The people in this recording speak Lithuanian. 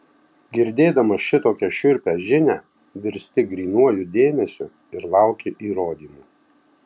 girdėdamas šitokią šiurpią žinią virsti grynuoju dėmesiu ir lauki įrodymų